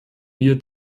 wir